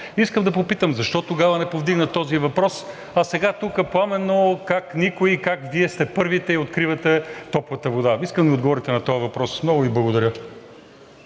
Искам да попитам: защо тогава не повдигна този въпрос, а сега тук пламенно как никой, как Вие сте първите и откривате топлата вода? Искам да ми отговорите на този въпрос. Много Ви благодаря.